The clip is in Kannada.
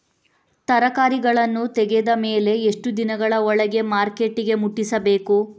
ತರಕಾರಿಗಳನ್ನು ತೆಗೆದ ಮೇಲೆ ಎಷ್ಟು ದಿನಗಳ ಒಳಗೆ ಮಾರ್ಕೆಟಿಗೆ ಮುಟ್ಟಿಸಬೇಕು?